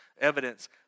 evidence